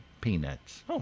peanuts